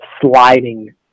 sliding